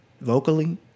vocally